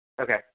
Okay